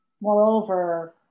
Moreover